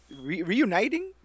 reuniting